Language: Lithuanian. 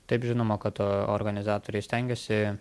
taip žinoma kad o organizatoriai stengiasi